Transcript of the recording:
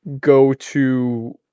go-to